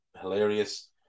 hilarious